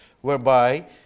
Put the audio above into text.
Whereby